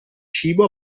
cibo